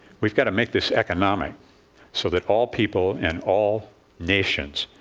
we've got to make this economic so that all people and all nations